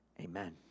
amen